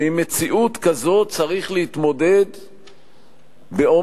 ועם מציאות כזאת צריך להתמודד באומץ,